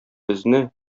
безне